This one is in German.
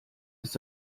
ist